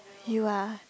you are